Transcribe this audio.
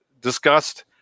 discussed